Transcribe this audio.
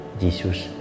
jesus